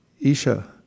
Isha